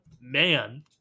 man